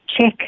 check